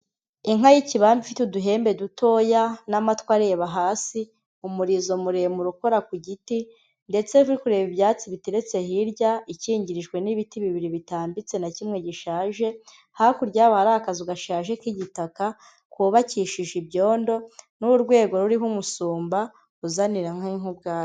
Inka y'ikibamba ifite uduhembe dutoya n'amatwi areba hasi, umurizo muremure ukora ku giti ndetse ruri kureba ibyatsi biteretse hirya, ikingirijwe n'ibiti bibiri bitambitse na kimwe gishaje, hakurya yaho hari akazu gashaje k'igitaka, kubakishije ibyondo n'urwego ruriho umusumba uzanira inka nk'ubwatsi.